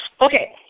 Okay